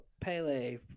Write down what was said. Pele